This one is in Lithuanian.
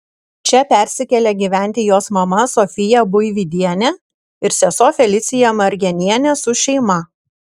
čia persikėlė gyventi jos mama sofija buividienė ir sesuo felicija margenienė su šeima